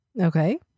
Okay